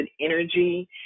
energy